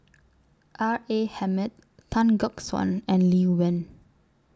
R A Hamid Tan Gek Suan and Lee Wen